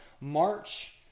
March